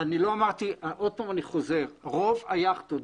שוב אני חוזר ואומר שרוב היכטות,